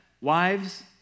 Wives